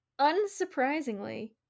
unsurprisingly